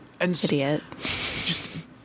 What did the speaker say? idiot